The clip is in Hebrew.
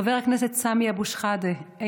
חבר הכנסת סמי אבו שחאדה,